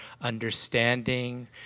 understanding